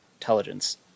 intelligence